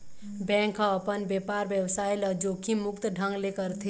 bank ह अपन बेपार बेवसाय ल जोखिम मुक्त ढंग ले करथे